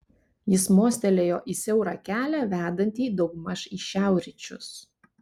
jis mostelėjo į siaurą kelią vedantį daugmaž į šiaurryčius